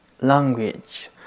language